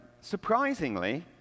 surprisingly